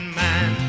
man